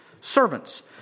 Servants